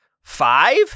Five